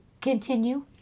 continue